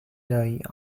die